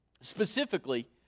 Specifically